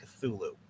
Cthulhu